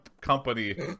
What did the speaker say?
company